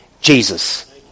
Jesus